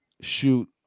shoot